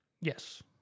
Yes